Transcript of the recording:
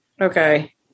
okay